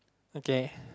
okay